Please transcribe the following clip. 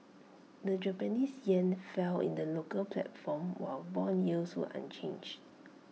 the Japanese Yen fell in the local platform while Bond yields were unchanged